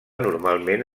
normalment